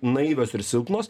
naivios ir silpnos